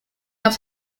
auf